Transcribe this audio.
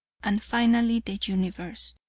and finally the universe.